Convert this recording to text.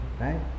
right